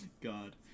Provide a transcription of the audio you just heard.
God